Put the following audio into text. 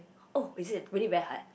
oh it is really very hard